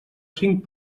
cinc